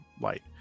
light